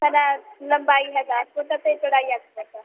ਸਾਡਾ ਲੰਬਾਈ ਹੈ ਦਸ ਫੁੱਟ ਅਤੇ ਚੌੜਾਈ